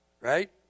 Right